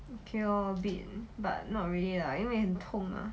okay lor a bit but not really lah 因为很痛嘛